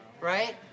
right